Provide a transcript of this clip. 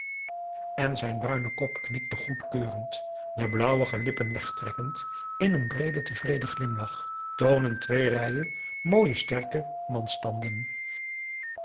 en zijn bruine kop knikte goedkeurend de blauwige lippen wegtrekkend in een breeden tevreden glimlach toonend twee rijen mooie sterke manstanden